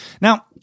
Now